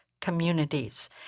Communities